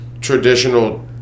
traditional